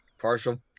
partial